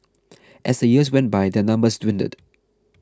as the years went by their number dwindled